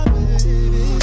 Baby